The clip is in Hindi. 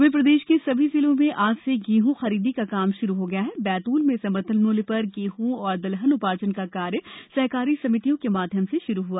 वर्हीप्रदेश के सभी जिलों में आज से गेंहू खरीदी का काम शुरू हो गया बैतूल में समर्थन मूल्य पर गेहूं और दलहन उपार्जन का कार्य सहकारी समितियों के माध्यम से शुरू हुआ